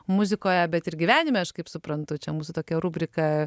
muzikoje bet ir gyvenime aš kaip suprantu čia mūsų tokia rubrika